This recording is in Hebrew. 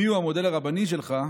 מיהו המודל הרבני שלך?